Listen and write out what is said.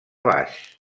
baix